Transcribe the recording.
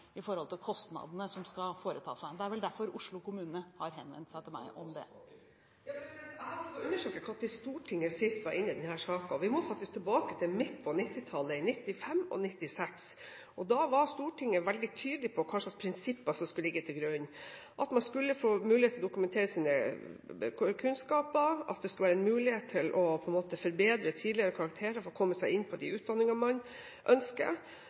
Det er vel derfor Oslo kommune har henvendt seg til meg om dette. Jeg har prøvd å undersøke når Stortinget sist var inne i denne saken, og vi må faktisk tilbake til midt på 1990-tallet, i 1995 og 1996. Den gang var Stortinget veldig tydelig på hva slags prinsipper som skulle ligge til grunn – at man skulle få muligheten til å dokumentere sine kunnskaper, at det skulle være en mulighet til å forbedre tidligere karakterer for å komme seg inn på de utdanningene man ønsker.